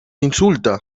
insulta